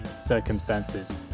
circumstances